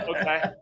okay